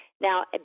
Now